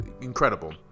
incredible